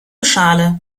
schale